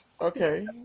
Okay